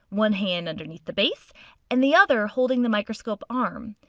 one hand underneath the base and the other holding the microscope arm.